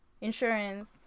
insurance